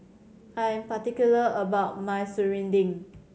I am particular about my serunding